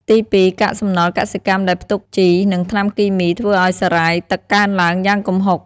ទីពីរ កាកសំណល់កសិកម្មដែលផ្ទុកជី និងថ្នាំគីមី ធ្វើឱ្យសារ៉ាយទឹកកើនឡើងយ៉ាងគំហុក។